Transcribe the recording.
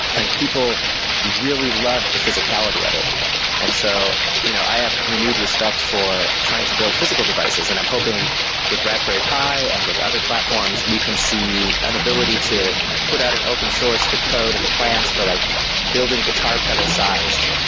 and people really loved the physicality of it and so you know i have renewed respect for trying to build physical devices and i'm hoping with raspberry pi and with other platforms, we can see an ability to put out an open-source the code and the plans for like building guitar pedal-sized,